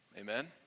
Amen